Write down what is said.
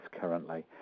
currently